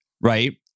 right